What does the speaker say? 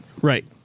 right